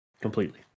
completely